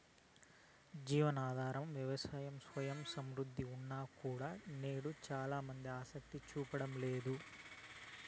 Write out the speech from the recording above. జీవనాధార వ్యవసాయంలో స్వయం సమృద్ధి ఉన్నా కూడా నేడు చానా మంది ఆసక్తి చూపడం లేదు